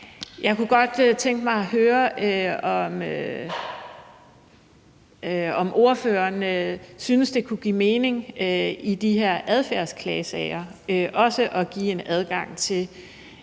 Jeg kunne godt tænke mig at høre, om ordføreren synes, at det også i de her adfærdsklagesager kunne give mening at